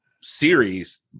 series